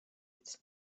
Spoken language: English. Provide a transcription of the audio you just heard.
its